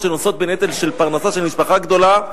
שנושאות בנטל של פרנסה של משפחה גדולה,